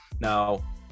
now